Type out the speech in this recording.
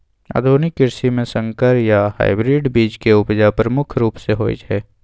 आधुनिक कृषि में संकर या हाइब्रिड बीज के उपजा प्रमुख रूप से होय हय